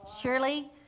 Surely